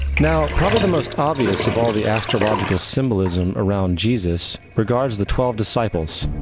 now, probably the most obvious of all the astrological symbolism around jesus regards the twelve disciples.